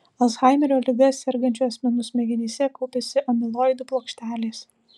alzheimerio liga sergančių asmenų smegenyse kaupiasi amiloidų plokštelės